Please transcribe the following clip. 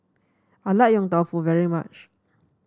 I like Yong Tau Foo very much